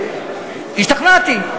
השתכנעתי.